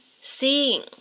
seeing